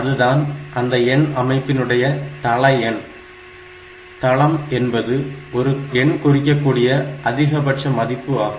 அதுதான் அந்த எண் அமைப்பினுடைய தள எண் தளம் என்பது ஒரு எண் குறிக்கக்கூடிய அதிகபட்ச மதிப்பு ஆகும்